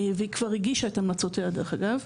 והיא כבר הגישה את המלצותיה, דרך אגב.